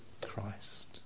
Christ